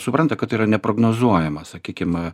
supranta kad tai yra neprognozuojama sakykim